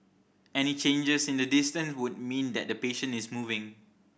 any changes in the distance would mean that the patient is moving